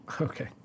Okay